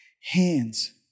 hands